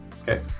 okay